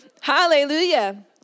Hallelujah